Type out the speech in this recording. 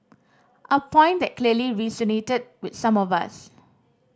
a point that clearly resonated with some of us